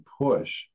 push